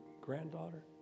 granddaughter